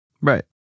Right